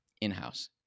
in-house